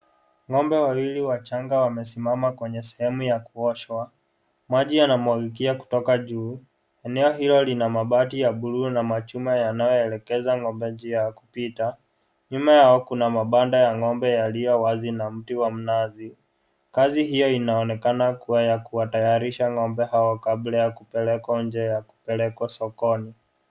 Ng'ombe wawili wachanga wamesimama kwenye sehemu ya kuoshwa, maji yanamwagikia kutoka juu. Eneo hilo lina mabati ya bluu ya machuma yanayoelekeza ng'ombe juu ya kupita. Nyuma yao kuna mabanda ya ng'ombe yaliyo wazi na mti wa mnazi. Kazi hiyo inaonekana kuwa ya kuwatayarisha ng'ombe hao kabla ya kupelekwa nje ya kupelekwa sokoni.